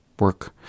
work